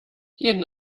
jeden